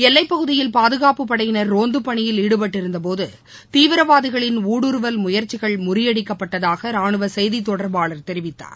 எல்லைப்பகுதியில் பாதுகாப்புப் படையினர் ரோந்தபணியில் ஈடுபட்டிருந்தபோது தீவிரவாதிகளின் ஊடுருவல் முயற்சிகள் முறியடிக்கப்பட்டதாகராணுவசெய்தித்தொடர்பாளர் தெரிவித்தார்